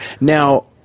now